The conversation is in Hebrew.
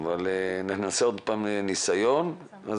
אני נפנה בינתיים